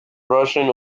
russian